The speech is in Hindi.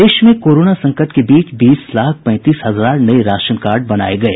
प्रदेश में कोरोना संकट के बीच बीस लाख पैंतीस हजार नये राशन कार्ड बनाये गये